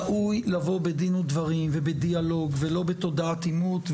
ראוי לבוא בדין ודברים ובדיאלוג ולא בתודעת עימות,